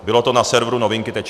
Bylo to na serveru novinky.cz